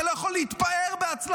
אתה לא יכול להתפאר בהצלחות.